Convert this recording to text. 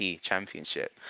championship